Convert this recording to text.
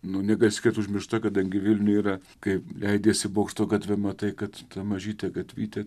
nu negali sakyt užmiršta kadangi vilniuj yra kai leidiesi bokšto gatve matai kad ta mažytė gatvytė